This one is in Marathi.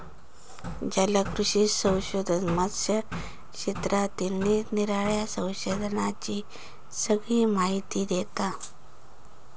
जलकृषी संशोधन मत्स्य क्षेत्रातील निरानिराळ्या संशोधनांची सगळी माहिती देता